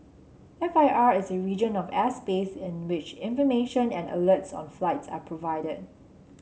F I R is a region of airspace in which information and alerts on flights are provided